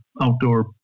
outdoor